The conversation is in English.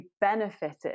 benefited